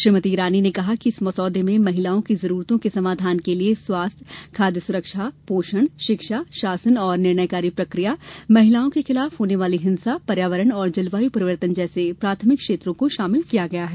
श्रीमती ईरानी ने कहा कि इस मसौदे में महिलाओं की जरूरतों के समाधान के लिए स्वास्थ्य खाद्य सुरक्षा पोषण शिक्षा शासन और निर्णयकारी प्रक्रिया महिलाओं के खिलाफ होने वाली हिंसा पर्यावरण तथा जलवायु परिवर्तन जैसे प्राथमिक क्षेत्रों को शामिल किया गया है